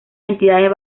entidades